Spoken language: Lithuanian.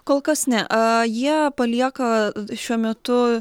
kol kas ne aa jie palieka šiuo metu